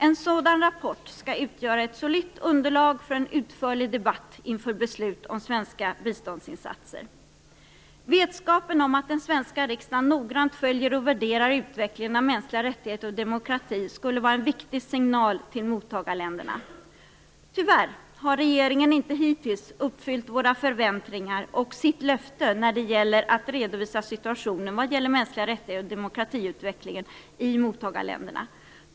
En sådan rapport skall utgöra ett solitt underlag för en utförlig debatt inför beslut om svenska biståndsinsatser. Vetskapen om att den svenska riksdagen noggrant följer och värderar utvecklingen av mänskliga rättigheter och demokrati skulle vara en viktig signal till mottagarländerna. Tyvärr har regeringen hittills inte uppfyllt våra förväntningar, och sitt löfte, när det gäller att redovisa situationen vad gäller mänskliga rättigheter och demokratiutveckling i mottagarländerna.